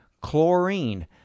Chlorine